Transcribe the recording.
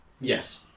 Yes